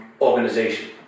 organization